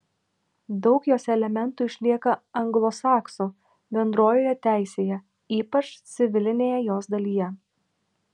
daug jos elementų išlieka anglosaksų bendrojoje teisėje ypač civilinėje jos dalyje